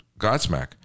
Godsmack